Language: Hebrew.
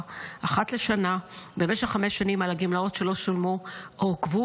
אחת לשנה במשך חמש שנים על הגמלאות שלא שולמו או עוכבו,